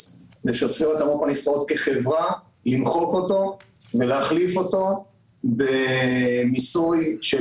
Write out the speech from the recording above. לשותפויות המו"פ הנסחרות כחברה ולהחליף אותו במיסוי של